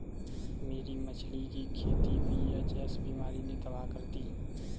मेरी मछली की खेती वी.एच.एस बीमारी ने तबाह कर दी